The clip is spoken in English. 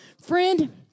Friend